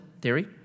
theory